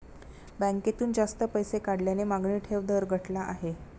बँकेतून जास्त पैसे काढल्याने मागणी ठेव दर घटला आहे